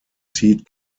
zieht